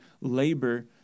labor